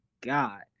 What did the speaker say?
god